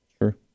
Sure